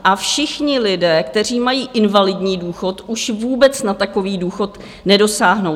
A všichni lidé, kteří mají invalidní důchod, už vůbec na takový důchod nedosáhnou.